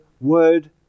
word